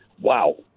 wow